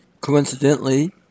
Coincidentally